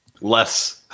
Less